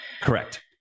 Correct